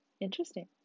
interesting